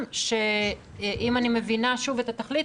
אם אני מבינה את התכלית,